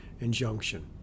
injunction